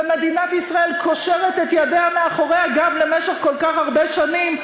ומדינת ישראל קושרת את ידיה מאחורי הגב למשך כל כך הרבה שנים,